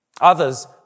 Others